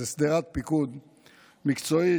זה שדרת פיקוד מקצועית,